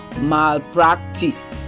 malpractice